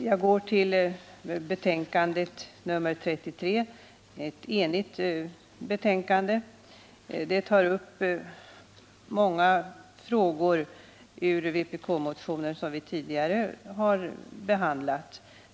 Jag går till betänkandet nr 33, ett enigt betänkande. Det tar upp många frågor ur vpk-motioner som vi tidigare har behandlat.